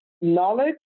knowledge